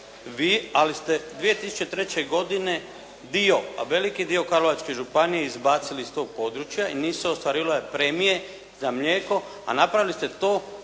vi ali ste 2003. godine dio, a veliki dio Karlovačke županije izbacili iz tog područja i nisu se ostvarivale premije za mlijeko a napravili ste to